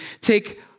take